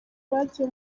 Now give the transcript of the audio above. bagiye